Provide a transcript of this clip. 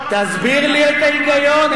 תסביר לי את ההיגיון,